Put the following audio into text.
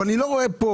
אבל, אני לא רואה פה